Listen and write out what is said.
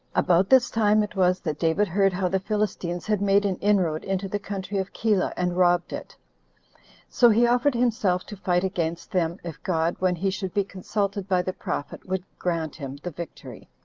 about this time it was that david heard how the philistines had made an inroad into the country of keilah, and robbed it so he offered himself to fight against them, if god, when he should be consulted by the prophet, would grant him the victory.